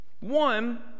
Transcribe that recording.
One